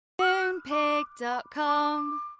Moonpig.com